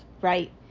right